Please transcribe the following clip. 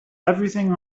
everything